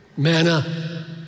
manna